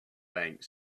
bank